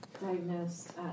diagnosed